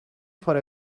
for